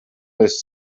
les